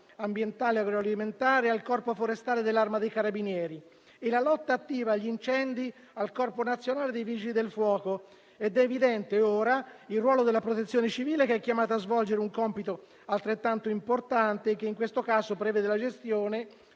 ambientale e agroalimentare al Corpo forestale dell'Arma dei carabinieri e la lotta attiva agli incendi al Corpo nazionale dei vigili del fuoco ed è evidente ora il ruolo della Protezione civile, chiamata a svolgere un compito altrettanto importante che in questo caso prevede la gestione